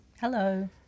Hello